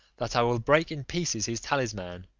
that i will break in pieces his talisman,